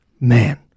Man